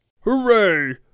Hooray